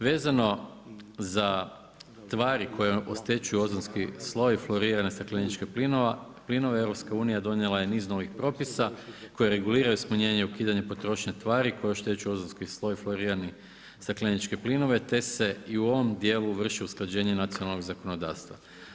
Vezano za tvari koji oštećuju ozonski sloj, flourirane stakleničke plinovi, EU donijela je niz novih propisa, koje reguliraju smanjenje ukidanja potrošne tvari koje oštećuju ozonski sloj flourirani stakleniče plinove, te se i u ovom djelu vrši usklađenje nacionalnog zakonodavstva.